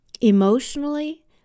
emotionally